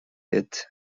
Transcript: sept